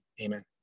Amen